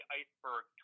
iceberg